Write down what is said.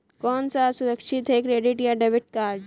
कौन सा सुरक्षित है क्रेडिट या डेबिट कार्ड?